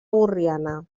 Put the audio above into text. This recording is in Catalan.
borriana